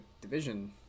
division